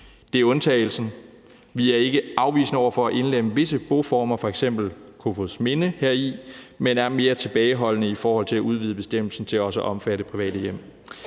det er undtagelsen. Vi er ikke afvisende over for at indlemme visse boformer, f.eks. Kofoedsminde, heri, men er mere tilbageholdende i forhold til at udvide bestemmelsen til også at omfatte private hjem.